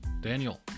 Daniel